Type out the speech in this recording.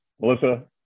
Melissa